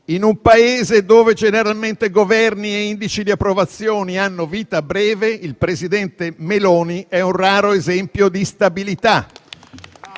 in un Paese dove generalmente Governi e indici di approvazione hanno vita breve, il presidente Meloni è un raro esempio di stabilità.